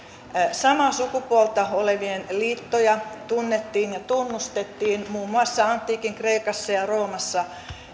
samaa sukupuolta olevien liittoja tunnettiin ja tunnustettiin muun muassa antiikin kreikassa ja roomassa